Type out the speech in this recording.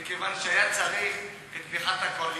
מכיוון שהיה צריך את תמיכת הקואליציה,